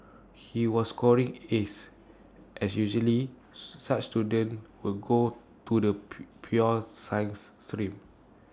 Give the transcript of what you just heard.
he was scoring as as usually such students will go to the pure science stream